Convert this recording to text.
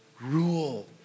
rule